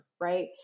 right